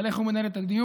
על איך הוא מנהל את הדיון.